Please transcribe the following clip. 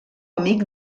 amic